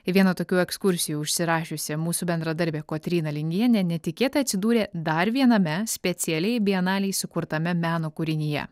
į vieną tokių ekskursijų užsirašiusi mūsų bendradarbė kotryna lingienė netikėtai atsidūrė dar viename specialiai bienalei sukurtame meno kūrinyje